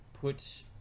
put